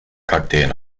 kakteen